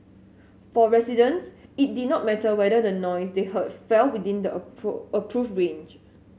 for residents it did not matter whether the noise they heard fell within the approve approved range